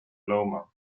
loma